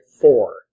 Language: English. four